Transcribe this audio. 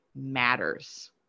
matters